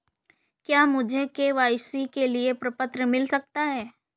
क्या मुझे के.वाई.सी के लिए प्रपत्र मिल सकता है?